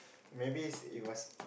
maybe it was